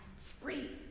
free